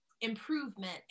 improvement